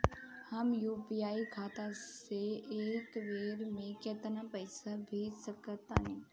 हम यू.पी.आई खाता से एक बेर म केतना पइसा भेज सकऽ तानि?